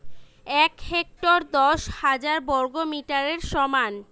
এক হেক্টর দশ হাজার বর্গমিটারের সমান